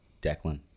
Declan